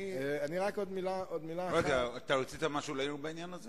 רק עוד מלה אחת בעניין הזה.